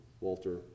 Walter